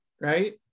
right